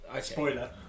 Spoiler